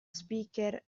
speaker